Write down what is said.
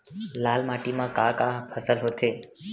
लाल माटी म का का फसल होथे?